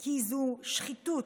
כי זו שחיתות.